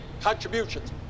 contributions